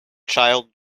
child